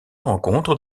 rencontre